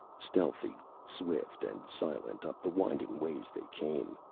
stealthy, swift and silent, up the winding ways they came.